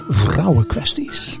vrouwenkwesties